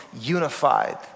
unified